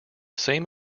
same